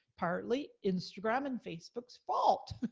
partly instagram and facebook's fault